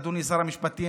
אדוני שר המשפטים,